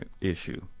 issue